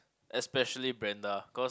especially Brenda cause